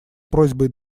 просьбой